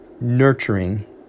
nurturing